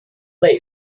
人类